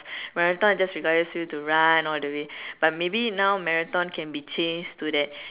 marathon just requires you to run all the way but maybe now marathon can be changed to that